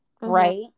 right